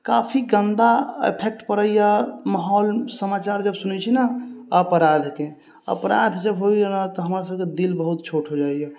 काफी गन्दा इफेक्ट पड़ैय माहौल समाचार जब सुनै छी ने अपराधके अपराध जब होइए ने तऽ हमर सबके दिल बहुत छोट हो जाइए